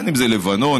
לבנון,